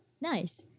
Nice